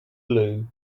blue